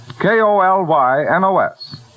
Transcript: K-O-L-Y-N-O-S